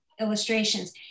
illustrations